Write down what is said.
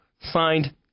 signed